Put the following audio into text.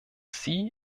sie